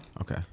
Okay